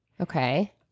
Okay